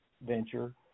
venture